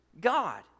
God